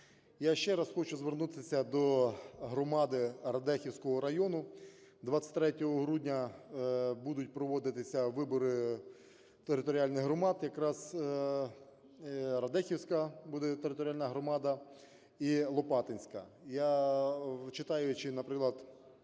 Я ще раз хочу звернутися до громади Радехівського району, 23 грудня будуть проводитися вибори територіальних громад, якраз Радехівська буде територіальна громада і Лопатинська. Я, читаючи, наприклад,